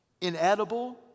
inedible